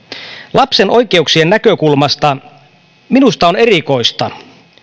lapsen oikeuksien näkökulmasta minusta on erikoista